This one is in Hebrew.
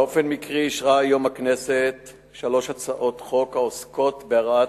באופן מקרי אישרה היום הכנסת שלוש הצעות חוק העוסקות בהרעת